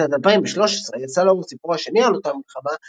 בשנת 2013 יצא לאור ספרו השני על אותה מלחמה,